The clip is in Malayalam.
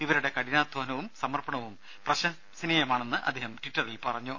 ഇവരുടെ കഠിനാധ്വാനവും സമർപ്പണവും പ്രശംസനീയമാണെന്ന് അദ്ദേഹം ട്വിറ്ററിൽ പറഞ്ഞു